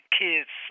kids